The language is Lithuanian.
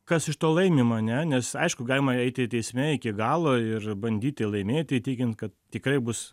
kas iš to laimima ne nes aišku galima eiti teisme iki galo ir bandyti laimėti įtikint kad tikrai bus